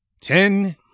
ten